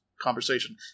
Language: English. conversation